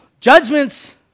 Judgments